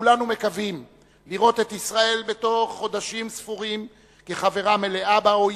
כולנו מקווים לראות את ישראל בתוך חודשים ספורים חברה מלאה ב-OECD,